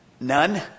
None